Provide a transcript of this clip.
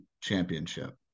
championship